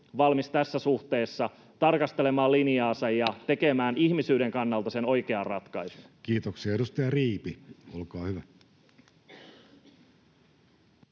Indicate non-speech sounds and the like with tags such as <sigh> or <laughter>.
valmis tässä suhteessa tarkastelemaan linjaansa ja <noise> tekemään ihmisyyden kannalta sen oikean ratkaisun? Kiitoksia. — Edustaja Riipi, olkaa hyvä.